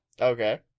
Okay